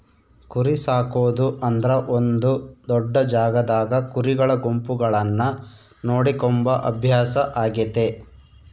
ಕುರಿಸಾಕೊದು ಅಂದ್ರ ಒಂದು ದೊಡ್ಡ ಜಾಗದಾಗ ಕುರಿಗಳ ಗುಂಪುಗಳನ್ನ ನೋಡಿಕೊಂಬ ಅಭ್ಯಾಸ ಆಗೆತೆ